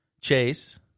Chase